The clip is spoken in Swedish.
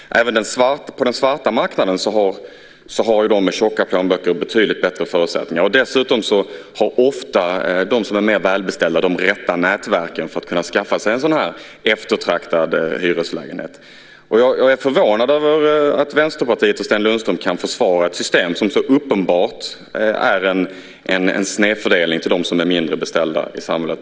Även på den svarta marknaden har de med tjocka plånböcker betydligt bättre förutsättningar. Dessutom har ofta de som är mer välbeställda de rätta nätverken för att skaffa sig en sådan eftertraktad hyreslägenhet. Jag är förvånad över att Vänsterpartiet och Sten Lundström kan försvara ett system som så uppenbart är en snedfördelning till nackdel för dem som är mindre beställda i samhället.